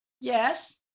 Yes